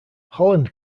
holland